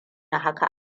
haka